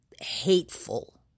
hateful